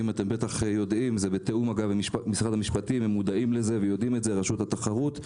בתיאום עם משרד המשפטים ועם רשות התחרות,